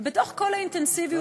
ובתוך כל האינטנסיביות הזאת,